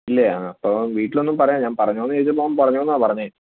ഇല്ലേ ആ അപ്പോൾ വീട്ടിലൊന്നും പറയാൻ ഞാൻ പറഞ്ഞോ എന്ന് ചോദിച്ചപ്പോൾ അവൻ പറഞ്ഞു എന്നാണ് പറഞ്ഞത്